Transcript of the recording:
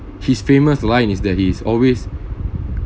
his famous line is that he is always